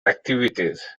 activities